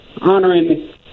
honoring